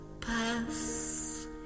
pass